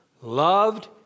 loved